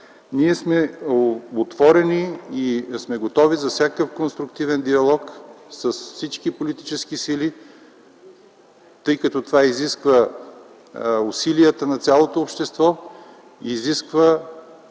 Ние сме отворени и готови за всякакъв конструктивен диалог с всички политически сили, тъй като това изисква усилията на цялото общество, изисква